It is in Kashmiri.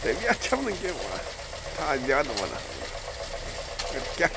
طبیعتھ چھَم نہٕ واہ سیٚٹھاہ زیادٕ وَنہٕ ہا بہٕ نَتہٕ مگر کیٛاہ کَرٕ